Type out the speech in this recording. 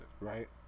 Right